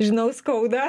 žinau skauda